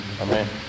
Amen